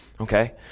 Okay